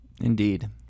Indeed